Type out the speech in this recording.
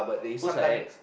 who's her ex